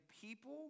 people